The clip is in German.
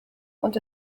und